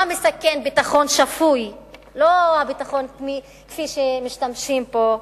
מה מסכן ביטחון שפוי, לא הביטחון כפי שמשתמשים פה,